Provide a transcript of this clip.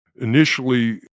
initially